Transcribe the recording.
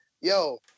yo